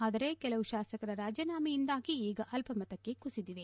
ಆದರೆ ಕೆಲವು ಶಾಸಕರ ರಾಜೀನಾಮೆಯಿಂದಾಗಿ ಈಗ ಅಲ್ಪಮತಕ್ಕೆ ಕುಸಿದಿದೆ